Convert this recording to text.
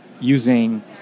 using